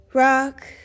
Rock